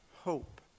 hope